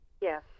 Yes